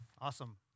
Awesome